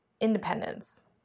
independence